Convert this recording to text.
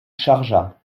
chargea